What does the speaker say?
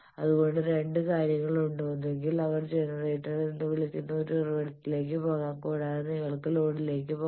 അതുകൊണ്ട് രണ്ട് കാര്യങ്ങളുണ്ട് ഒന്നുകിൽ അവർ ജനറേറ്റർ എന്ന് വിളിക്കുന്ന ഒരു ഉറവിടത്തിലേക്ക് പോകാം കൂടാതെ നിങ്ങൾക്ക് ലോഡിലേക്ക് പോകാം